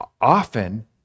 often